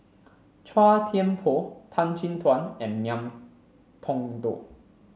Chua Thian Poh Tan Chin Tuan and Ngiam Tong Dow